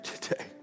today